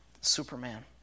Superman